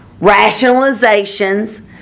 rationalizations